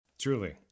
Truly